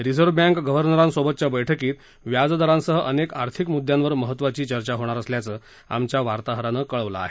reserve bank गव्हर्नरांसोबतच्या बर्क्कीत व्याजदरांसह अनेक आर्थिक मुद्यावर महत्त्वाची चर्चा होणार असल्याचं आमच्या वार्ताहरानं कळवलं आहे